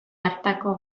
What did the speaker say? hartako